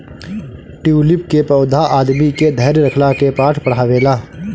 tulip के पौधा आदमी के धैर्य रखला के पाठ पढ़ावेला